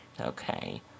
Okay